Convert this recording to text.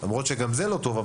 למרות שזה גם לא טוב,